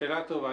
שאלה טובה.